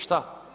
Šta?